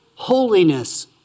holiness